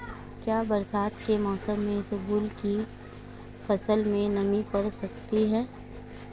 क्या बरसात के मौसम में इसबगोल की फसल नमी पकड़ती है?